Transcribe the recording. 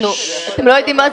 מי בעד?